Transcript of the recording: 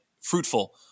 fruitful